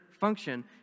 function